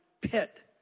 pit